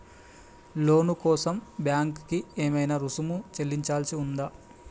లోను కోసం బ్యాంక్ కి ఏమైనా రుసుము చెల్లించాల్సి ఉందా?